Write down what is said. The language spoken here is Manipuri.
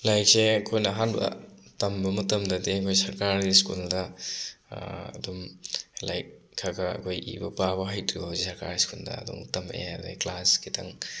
ꯂꯥꯏꯔꯤꯛꯁꯦ ꯑꯩꯈꯣꯏꯅ ꯑꯍꯥꯟꯕ ꯇꯝꯕ ꯃꯇꯝꯗꯗꯤ ꯑꯩꯈꯣꯏ ꯁꯔꯀꯥꯔꯒꯤ ꯁ꯭ꯀꯨꯜꯗ ꯑꯗꯨꯝ ꯂꯥꯏꯔꯤꯛ ꯈꯔ ꯈꯔ ꯑꯩꯈꯣꯏ ꯏꯕ ꯄꯥꯕ ꯍꯩꯇ꯭ꯔꯤꯐꯥꯎꯁꯦ ꯁꯔꯀꯥꯔꯒꯤ ꯁ꯭ꯀꯨꯜꯗ ꯑꯗꯨꯝ ꯇꯝꯃꯛꯑꯦ ꯑꯗꯩ ꯀ꯭ꯂꯥꯁ ꯈꯤꯇꯪ